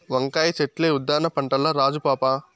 వంకాయ చెట్లే ఉద్దాన పంటల్ల రాజు పాపా